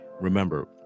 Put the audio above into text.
Remember